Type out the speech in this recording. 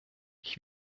ich